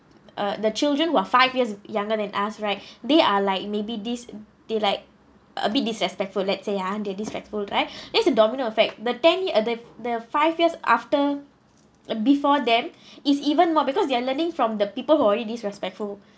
uh the children were five years younger than us right they are like maybe this they like a bit disrespectful lets say ah they disrespectful right that's the domino effect the ten year uh the the five years after uh before them is even more because they are learning from the people who are already disrespectful